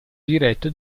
diretto